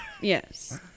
Yes